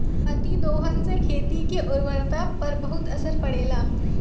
अतिदोहन से खेती के उर्वरता पर बहुत असर पड़ेला